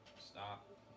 stop